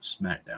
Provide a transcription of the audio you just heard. SmackDown